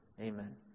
Amen